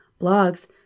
blogs